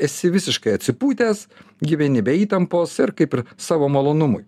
esi visiškai atsipūtęs gyveni be įtampos ir kaip ir savo malonumui